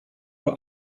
uhr